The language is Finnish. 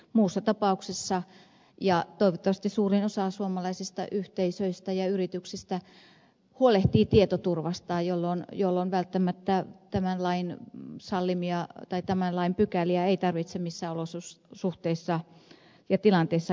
muussa tapauksessa näin ei ole ja toivottavasti suurin osa suomalaisista yhteisöistä ja yrityksistä huolehtii tietoturvasta jolloin välttämättä tämän lain pykäliä ei tarvitse missään olosuhteissa ja tilanteissa käyttää